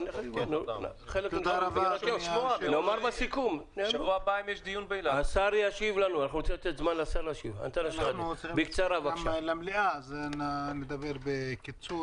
עוד מעט יש מליאה אז אני אדבר בקיצור.